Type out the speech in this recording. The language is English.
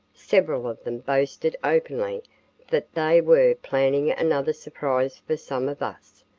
several of them boasted openly that they were planning another surprise for some of us,